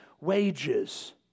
wages